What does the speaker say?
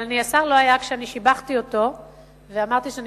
אבל השר לא היה כששיבחתי אותו ואמרתי שאני